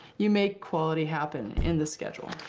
you make quality happen in the schedule.